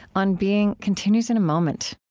on being continues in a moment